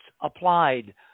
applied